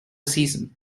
season